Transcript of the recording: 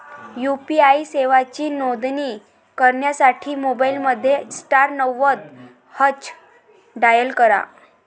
UPI सेवांची नोंदणी करण्यासाठी मोबाईलमध्ये स्टार नव्वद हॅच डायल करा